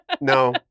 No